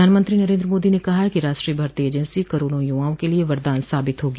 प्रधानमंत्री नरेन्द्र मोदी ने कहा कि राष्ट्रीय भर्ती एजेंसी करोड़ों युवाओं के लिए वरदान साबित होगी